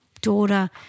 daughter